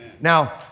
Now